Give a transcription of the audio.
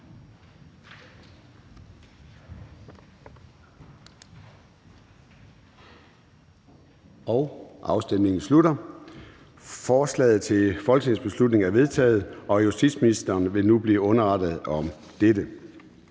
imod stemte 0]. Forslaget til folketingsbeslutning er enstemmigt vedtaget, og justitsministeren vil nu blive underrettet om dette.